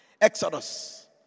exodus